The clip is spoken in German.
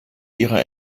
ihre